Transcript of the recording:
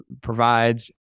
provides